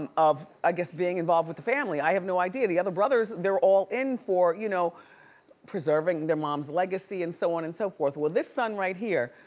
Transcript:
um of i guess being involved with the family. i had no idea. the other brothers, they're all in for you know preserving their mom's legacy and so on and so forth. well this son right here,